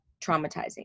traumatizing